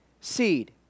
seed